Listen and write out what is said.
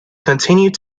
continued